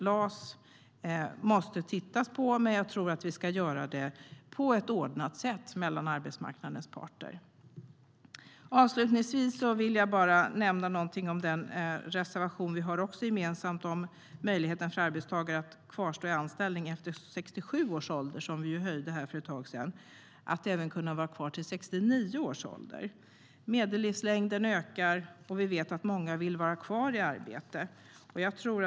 LAS måste tittas på, men det ska göras på ett ordnat sätt av arbetsmarknadens parter. Låt mig nämna något om vår gemensamma reservation om möjligheten för arbetstagare att kvarstå i anställning efter 67 års ålder till 69 års ålder. Medellivslängden ökar, och vi vet att många vill vara kvar i arbete.